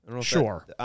Sure